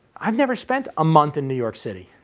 i've never spent a month in new york city.